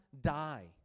die